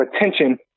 attention